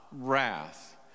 wrath